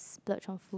splurge on food